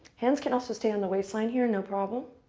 hands can also stay on the waistline here, no problem.